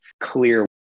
Clear